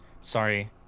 sorry